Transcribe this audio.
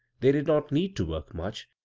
they did not need to work much,